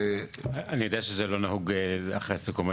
אני יודע שזה לא נהוג אחרי הסיכום.